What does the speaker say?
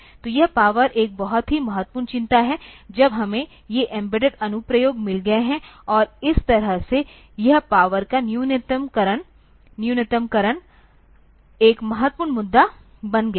तो यह पावर एक बहुत ही महत्वपूर्ण चिंता है जब हमें ये एम्बेडेड अनुप्रयोग मिल गए हैं और इस तरह से यह पावर का न्यूनतमकरण एक महत्वपूर्ण मुद्दा बन गया है